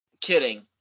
kidding